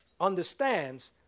understands